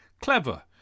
Clever